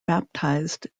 baptized